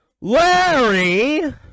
Larry